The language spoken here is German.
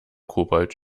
kobold